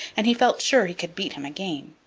and he felt sure he could beat him again.